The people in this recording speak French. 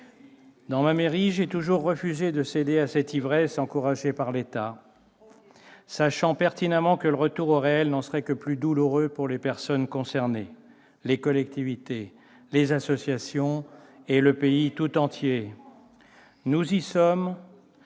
Dans ma mairie, j'ai toujours refusé de céder à cette ivresse encouragée par l'État, sachant pertinemment que le retour au réel n'en serait que plus douloureux pour les personnes concernées, les collectivités, les associations et le pays tout entier. Nous y sommes